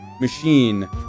machine